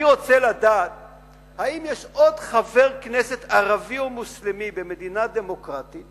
אני רוצה לדעת אם יש עוד חבר כנסת ערבי או מוסלמי במדינה דמוקרטית